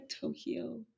Tokyo